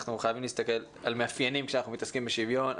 אנחנו חייבים להסתכל על מאפיינים כשאנחנו מתעסקים בשוויון,